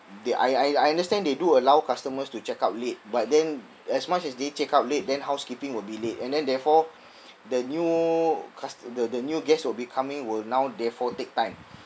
they I I I understand they do allow customers to check out late but then as much as they check out late then housekeeping will be late and then therefore the new cust~ the the new guests will be coming will now therefore take time